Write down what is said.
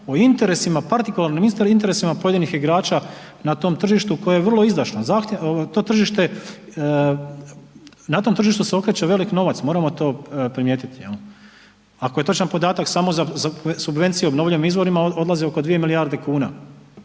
o interesima, partikularnim interesima pojedinih igrača na tom tržištu koje je vrlo izdašno. To tržište, na tom tržištu se okreće velik novac moramo to primijetiti, ako je točan podatak samo za subvencije obnovljivim izvorima odlaze oko 2 milijarde kuna.